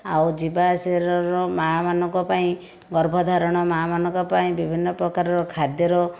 ଆଉ ଯିବା ଆସିବାରର ମା'ମାନଙ୍କ ପାଇଁ ଗର୍ଭଧାରଣ ମା'ମାନଙ୍କ ପାଇଁ ବିଭିନ୍ନ ପ୍ରକାରର ଖାଦ୍ୟର